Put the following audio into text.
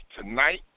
tonight